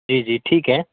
جی جی ٹھیک ہے